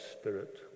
Spirit